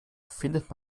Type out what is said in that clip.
findet